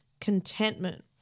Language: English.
contentment